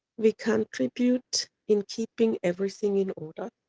we contribute in keeping everything in order.